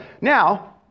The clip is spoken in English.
Now